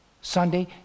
Sunday